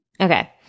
Okay